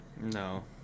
No